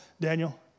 Daniel